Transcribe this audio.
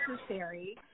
necessary